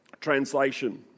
translation